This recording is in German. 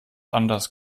anders